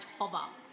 hover